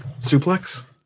Suplex